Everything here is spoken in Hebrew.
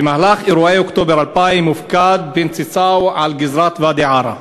במהלך אירועי אוקטובר 2000 הופקד בנצי סאו על גזרת ואדי-עארה.